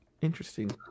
Interesting